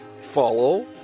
follow